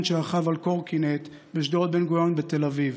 שרכב על קורקינט בשדרות בן-גוריון בתל אביב.